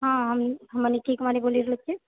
हँ हम मनीति कुमारी बोली रहलो छी